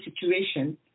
situation